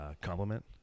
compliment